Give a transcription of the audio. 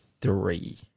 three